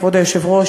כבוד היושב-ראש,